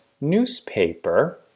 newspaper